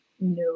No